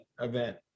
event